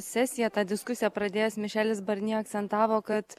sesiją tą diskusiją pradėjęs mišelis barnjė akcentavo kad